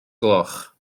gloch